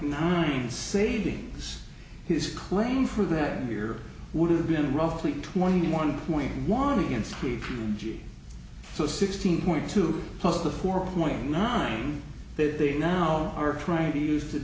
nine savings his claim for that year would have been roughly twenty one point one million steve g so sixteen point two plus the four point nine that they now are trying to use to